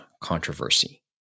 controversy